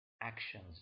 actions